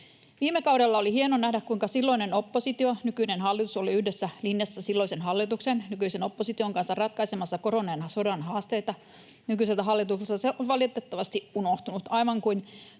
Viime kaudella oli hieno nähdä, kuinka silloinen oppositio, nykyinen hallitus, oli yhdessä linjassa silloisen hallituksen, nykyisen opposition, kanssa ratkaisemassa koronan ja sodan haasteita. Nykyiseltä hallitukselta se on valitettavasti unohtunut, aivan kuin